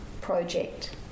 project